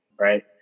Right